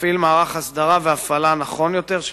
תפעיל מערך הסדרה והפעלה נכון יותר של